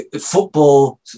football